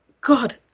God